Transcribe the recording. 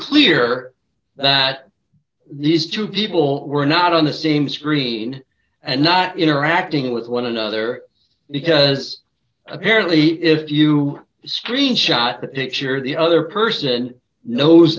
clear that these two people were not on the same screen and not interacting with one another because apparently if you screenshot the picture the other person knows